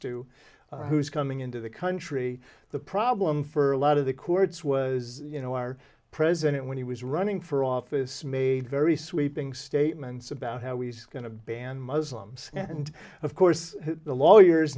to who's coming into the country the problem for a lot of the courts was you know our president when he was running for office made very sweeping statements about how he's going to ban muslims and of course the lawyers